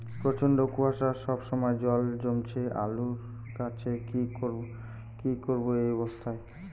প্রচন্ড কুয়াশা সবসময় জল জমছে আলুর গাছে কি করব এই অবস্থায়?